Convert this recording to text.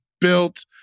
built